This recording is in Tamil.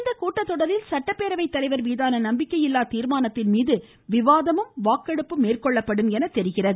இக்கூட்டத்தொடரில் சட்டப்பேரவை தலைவர் மீதான நம்பிக்கை இல்லா தீர்மானத்தின் மீது விவாதமும் வாக்கெடுப்பும் மேற்கொள்ளப்படும் என்று தெரிகிறது